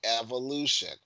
evolution